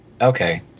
Okay